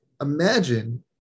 Imagine